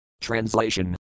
Translation